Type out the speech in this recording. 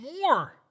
more